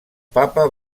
papa